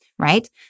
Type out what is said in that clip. Right